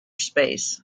space